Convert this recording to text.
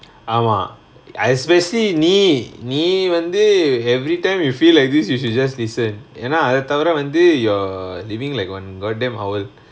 ஆமா:aamaa especially நீ நீ வந்து:nee nee vanthu everytime you feel like this you should just listen ஏனா அத தவிர வந்து:yaenaa atha thavira vanthu you're living like one got them our